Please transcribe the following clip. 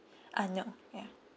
uh no ya